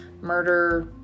murder